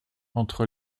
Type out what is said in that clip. entre